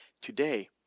Today